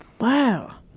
Wow